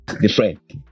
different